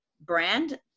brand